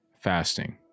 Fasting